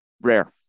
rare